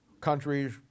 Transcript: Countries